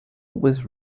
was